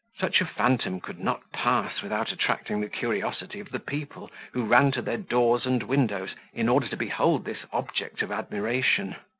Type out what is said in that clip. such a phantom could not pass without attracting the curiosity of the people, who ran to their doors and windows, in order to behold this object of admiration.